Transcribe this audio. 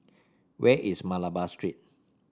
where is Malabar Street